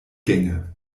gänge